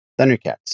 Thundercats